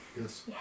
Yes